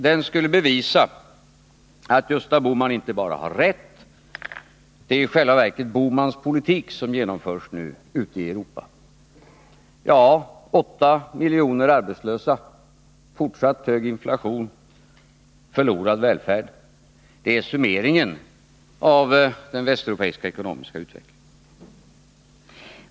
Den skulle bevisa att Gösta Bohman inte bara har rätt — det är i själva verket Gösta Bohmans politik som genomförs nu ute i Europa. Ja, 8 miljoner arbetslösa, fortsatt hög inflation, förlorad välfärd — det är summeringen av den västeuropeiska ekonomiska utvecklingen.